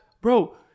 Bro